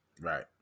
Right